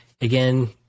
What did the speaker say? again